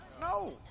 No